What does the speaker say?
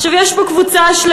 עכשיו, יש פה קבוצה שלמה,